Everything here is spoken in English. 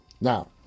Now